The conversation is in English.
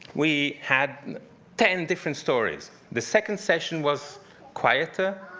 we had ten different stories. the second session was quieter,